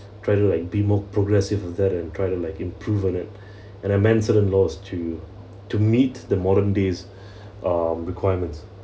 try to like be more progressive with that and try to like improve on it and amend certain laws to to meet the modern days' um requirement